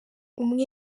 umwe